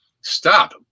stop